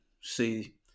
see